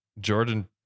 Jordan